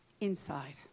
inside